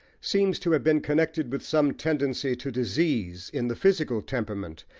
seems to have been connected with some tendency to disease in the physical temperament,